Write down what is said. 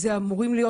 זו לא